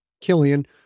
Killian